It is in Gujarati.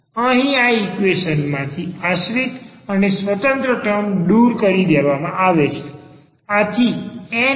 અહી આ ઈક્વેશન માંથી આશ્રિત અને સ્વતંત્ર ટર્મ દૂર કરી દેવામાં આવેલ છે